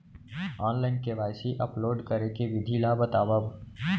Online KYC upload करे के विधि ला बतावव?